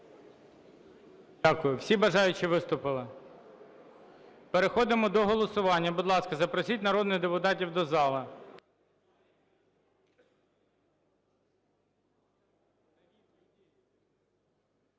Дякую. Всі бажаючі виступили? Переходимо до голосування. Будь ласка, запросіть народних депутатів до зали.